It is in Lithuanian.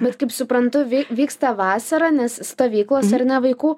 bet kaip suprantu vy vyksta vasarą nes stovyklos ar ne vaikų